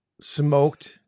smoked